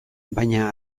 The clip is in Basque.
baina